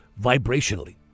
vibrationally